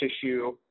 tissue